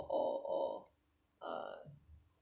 or or